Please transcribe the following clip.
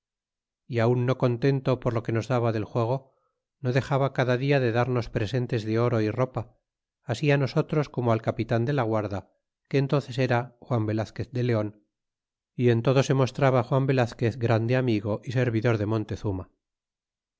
y aun no contento por lo que nos daba del juego no dexaba cada dia de darnos presentes de oro y ropa así nosotos como como al capitan de la guarda que entónces era juan velazquez de leon y en todo se mostraba juan velazquez grande amigo é ser vidor de montezuma